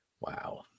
Wow